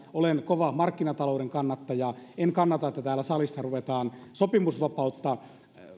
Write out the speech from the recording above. olen kova markkinatalouden kannattaja en kannata että täällä salissa ruvetaan sopimusvapautta